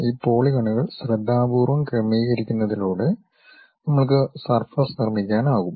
ഈ പോളിഗോണുകൾ ശ്രദ്ധാപൂർവ്വം ക്രമീകരിക്കുന്നതിലൂടെ നമ്മൾക്ക് സർഫസ് നിർമ്മിക്കാൻ ആകും